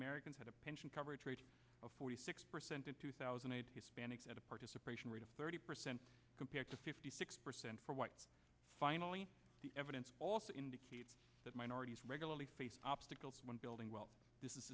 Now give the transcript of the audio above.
americans had a pension coverage rate of forty six percent in two thousand and eight at a participation rate of thirty percent compared to fifty six percent for whites finally the evidence also indicates that minorities regularly face obstacles when building well this is